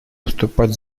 выступать